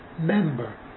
member